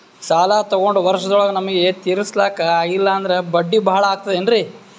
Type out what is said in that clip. ಸಾಲ ತೊಗೊಂಡು ವರ್ಷದೋಳಗ ನಮಗೆ ತೀರಿಸ್ಲಿಕಾ ಆಗಿಲ್ಲಾ ಅಂದ್ರ ಬಡ್ಡಿ ಬಹಳಾ ಆಗತಿರೆನ್ರಿ?